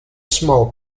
small